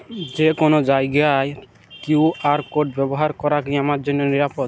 যে কোনো জায়গার কিউ.আর কোড ব্যবহার করা কি আমার জন্য নিরাপদ?